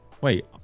Wait